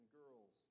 girls